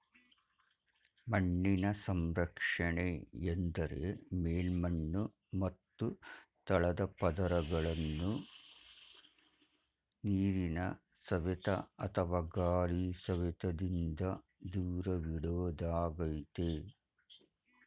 ಮಣ್ಣಿನ ಸಂರಕ್ಷಣೆ ಎಂದರೆ ಮೇಲ್ಮಣ್ಣು ಮತ್ತು ತಳದ ಪದರಗಳನ್ನು ನೀರಿನ ಸವೆತ ಅಥವಾ ಗಾಳಿ ಸವೆತದಿಂದ ದೂರವಿಡೋದಾಗಯ್ತೆ